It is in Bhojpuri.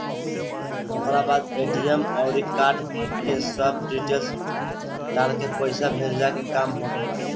ओकरी बाद ए.टी.एम अउरी कार्ड के सब डिटेल्स डालके पईसा भेजला के काम होत बाटे